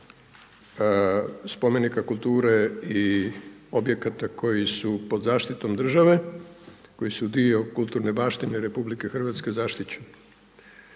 spomenika kulture i objekata koji su pod zaštitom države, koji su dio kulturne baštine RH zaštićeni.